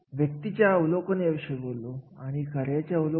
म्हणजेच एखाद्या कार्यासाठी किती गुंतवणूक अपेक्षित आहे